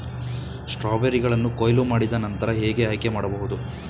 ಸ್ಟ್ರಾಬೆರಿಗಳನ್ನು ಕೊಯ್ಲು ಮಾಡಿದ ನಂತರ ಹೇಗೆ ಆಯ್ಕೆ ಮಾಡಬಹುದು?